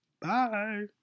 Bye